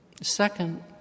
Second